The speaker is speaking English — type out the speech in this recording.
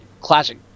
classic